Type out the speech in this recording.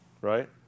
Right